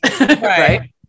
Right